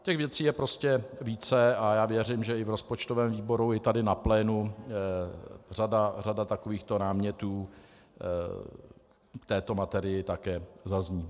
Těch věcí je prostě více a já věřím, že i v rozpočtovém výboru i tady na plénu řada takovýchto námětů v této materii také zazní.